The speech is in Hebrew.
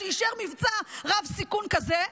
שאישר מבצע רב סיכון כזה.